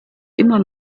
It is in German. immer